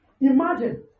Imagine